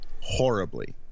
horribly